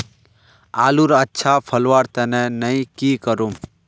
आलूर अच्छा फलवार तने नई की करूम?